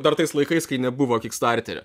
dar tais laikais kai nebuvo kikstarterio